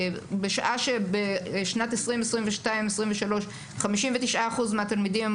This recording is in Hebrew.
שבשעה שבשנת 2023-2022 59% מהתלמידים עם